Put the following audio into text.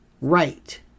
right